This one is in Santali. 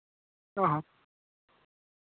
ᱦᱮᱸ